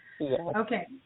Okay